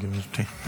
בבקשה, גברתי.